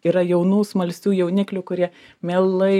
yra jaunų smalsių jauniklių kurie mielai